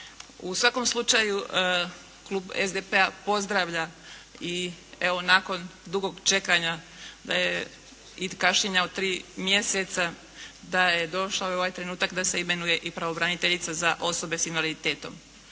U svakom slučaju Klub SDP-a pozdravlja i evo nakon dugog čekanja da je, i kašnjenja od tri mjeseca da je došao i ovaj trenutak da se imenuje i pravobraniteljica za osobe sa invaliditetom.